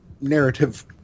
narrative